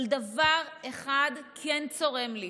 אבל דבר אחד כן צורם לי.